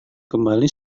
kembali